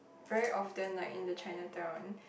very often like in the Chinatown